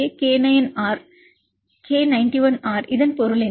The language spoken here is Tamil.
இந்த K91R இன் பொருள் என்ன